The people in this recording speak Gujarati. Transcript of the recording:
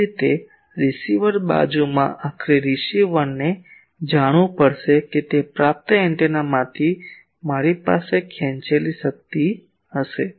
એ જ રીતે રીસીવર બાજુમાં આખરે રીસીવરને જાણવું પડશે કે પ્રાપ્ત એન્ટેનામાંથી મારી પાસે ખેંચેલી શક્તિ હશે